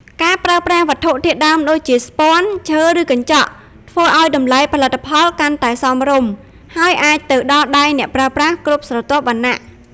ការប្រើប្រាស់វត្ថុធាតុដើមដូចជា ស្ពាន់ ឈើ ឬកញ្ចក់ ធ្វើឱ្យតម្លៃផលិតផលកាន់តែ សមរម្យ ហើយអាចទៅដល់ដៃអ្នកប្រើប្រាស់គ្រប់ស្រទាប់វណ្ណៈ។